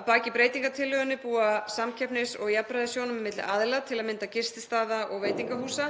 Að baki breytingartillögunni búa samkeppnis- og jafnræðissjónarmið milli aðila, til að mynda gististaða og veitingahúsa.